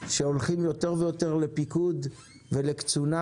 שהולכים יותר ויותר לפיקוד ולקצונה